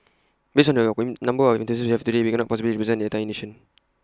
based on the number of enthusiasts we have today we cannot possibly represent the entire nation